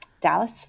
Dallas